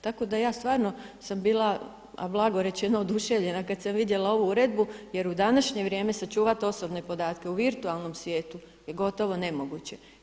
Tako da ja stvarno sam bila a blago rečeno oduševljena kada sam vidjela ovu uredbu jer u današnje vrijeme sačuvati osobne podatke u virtualnom svijetu je gotovo nemoguće.